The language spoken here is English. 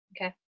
Okay